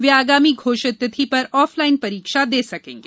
वे आगामी घोषित तिथि पर ऑफलाइन परीक्षा दे सकेंगे